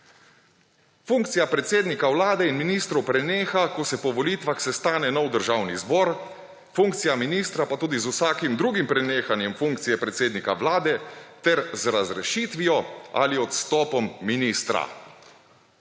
funkcija predsednika vlade in ministrov preneha, ko se po volitvah sestane nov državni zbor, funkcija ministra pa tudi z vsakim drugim prenehanjem funkcije predsednika vlade ter z razrešitvijo ali odstopom ministra